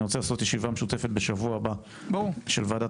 אני רוצה לעשות ישיבה משותפת בשבוע הבא של ועדת